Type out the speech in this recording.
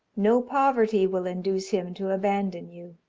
no poverty will induce him to abandon you.